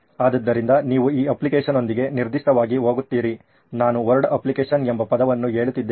ಆದ್ದರಿಂದ ನೀವು ಈ ಅಪ್ಲಿಕೇಶನ್ನೊಂದಿಗೆ ನಿರ್ದಿಷ್ಟವಾಗಿ ಹೋಗುತ್ತೀರಿ ನಾನು ವರ್ಡ್ ಅಪ್ಲಿಕೇಶನ್ ಎಂಬ ಪದವನ್ನು ಹೇಳುತ್ತಿದ್ದೇನೆ